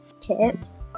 tips